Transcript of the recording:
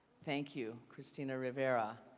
thank you christina rivera.